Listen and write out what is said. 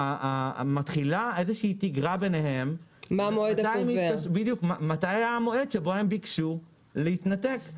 מתחילה איזושהי תגרה ביניהם מתי היה המועד שבו הם ביקשו להתנתק.